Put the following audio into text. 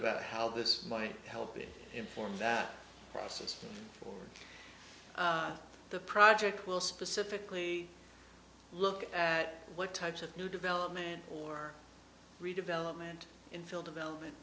about how this might help inform that process for the project will specifically look at what types of new development or redevelopment infill development